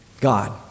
God